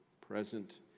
present